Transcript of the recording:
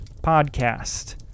podcast